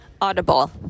audible